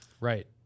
Right